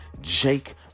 Jake